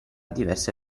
diverse